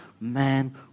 man